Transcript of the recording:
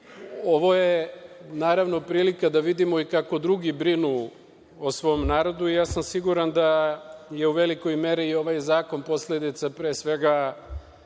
je naravno prilika da vidimo i kako drugi brinu o svom narodu. Ja sam siguran da je u velikoj meri i ovaj zakon posledica, pre svega,